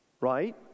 right